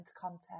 content